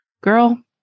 Girl